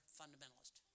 fundamentalist